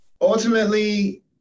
ultimately